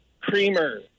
creamer